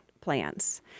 plans